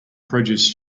produce